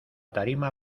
tarima